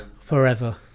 forever